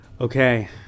okay